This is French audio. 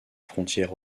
frontière